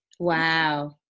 wow